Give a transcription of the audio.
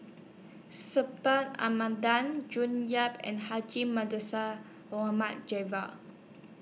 Subhas Anandan June Yap and Haji Javad